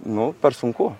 nu per sunku